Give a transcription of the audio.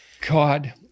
God